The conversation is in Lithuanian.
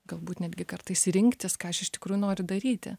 galbūt netgi kartais rinktis ką aš iš tikrųjų noriu daryti